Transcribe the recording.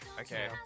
Okay